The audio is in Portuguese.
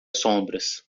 sombras